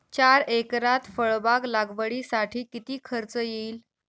चार एकरात फळबाग लागवडीसाठी किती खर्च येईल?